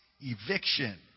Eviction